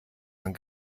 man